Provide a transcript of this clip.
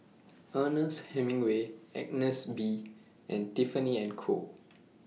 Ernest Hemingway Agnes B and Tiffany and Co